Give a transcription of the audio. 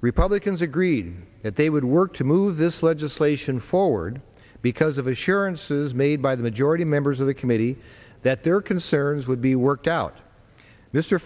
republicans agreed that they would work to move this legislation forward because of assurances made by the majority members of the committee that their concerns would be worked out mr